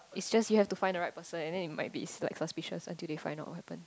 is just you have to find the right person and then it might be like suspicious until they find out what happen